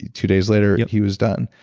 two days later he was done.